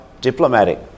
diplomatic